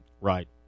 Right